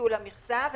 ביטול המכסה,